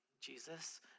Jesus